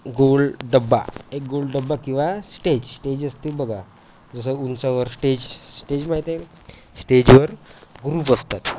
गोल डब्बा एक गोल डब्बा किंवा स्टेज स्टेज असते बघा जसं उंचावर स्टेज स्टेज माहिती आहे का स्टेजवर ग्रुप असतात